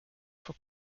for